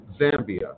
Zambia